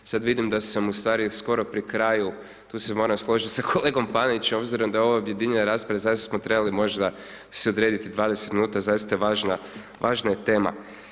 Sad vidim da sam u stvari skoro pri kraju, tu se mora složiti sa kolegom Panenićem obzirom da je ovo objedinjena rasprava i zaista smo trebali možda si odrediti 20 minuta, zaista važna je tema.